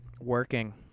Working